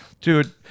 dude